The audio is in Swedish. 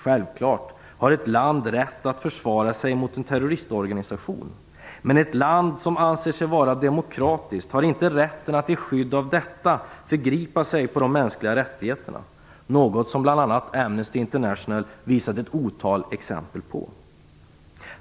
Självklart har ett land rätt att försvara sig mot en terroristorganisation. Men ett land som anser sig vara demokratiskt har inte rätten att i skydd av detta förgripa sig mot de mänskliga rättigheterna, något som bl.a. Amnesty International har visat ett otal exempel på.